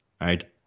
right